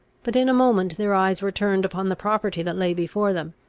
but in a moment their eyes were turned upon the property that lay before them,